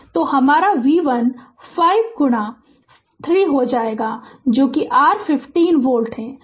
तो हमारा V 1 5 गुणा 3 हो जाएगा जो कि r 15 वोल्ट है